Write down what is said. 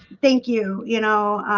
thank you, you know